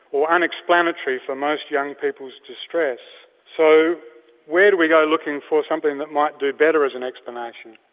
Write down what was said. or unexplanatory for most young people's distress so where do we go looking for something that might do better as an explanation?